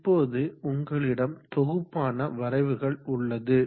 இப்போது உங்களிடம் தொகுப்பான வரைவுகள் உள்ளது